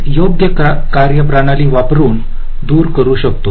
एक योग्य कार्य प्रणाली वापरून दूर करू शकतो